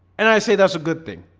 and i say that's a good thing